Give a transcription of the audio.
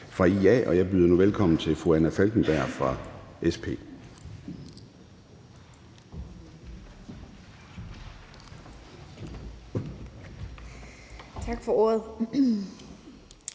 fra IA, og jeg byder nu velkommen til fru Anna Falkenberg fra SP. Kl.